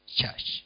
church